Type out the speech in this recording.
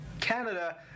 Canada